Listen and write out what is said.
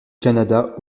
canada